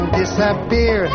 disappear